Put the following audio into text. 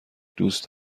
دوست